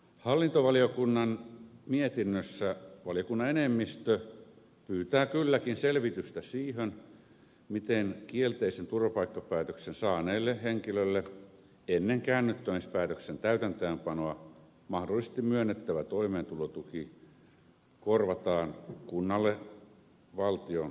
hallintovaliokunnan mietinnössä valiokunnan enemmistö pyytää kylläkin selvitystä siihen miten kielteisen turvapaikkapäätöksen saaneille henkilöille ennen käännyttämispäätöksen täytäntöönpanoa mahdollisesti myönnettävä toimeentulotuki korvataan kunnalle valtion varoista